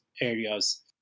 areas